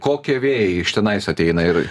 kokie vėjai iš tenais ateina ir